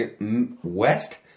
West